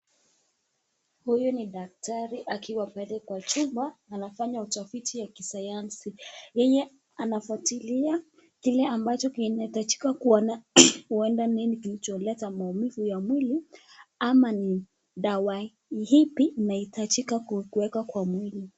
Huyu ni daktari akiwa pale kwa chumba anafanya utafiti ya kisayansi. Yeye anafuatilia kile ambacho kinahitajika kuona huenda nini kilicholeta maumivu ya mwili, ama ni dawa ipi inahitajika kuwekwa kwa mwili.